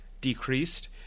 decreased